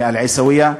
מאל-עיסאוויה.